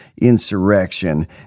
insurrection